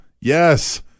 yes